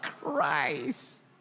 Christ